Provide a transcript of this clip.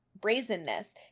brazenness